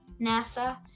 NASA